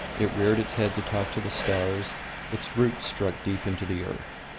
it reared its head to talk to the stars its roots struck deep into the earth,